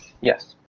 yes